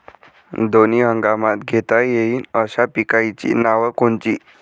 दोनी हंगामात घेता येईन अशा पिकाइची नावं कोनची?